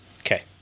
Okay